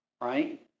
Right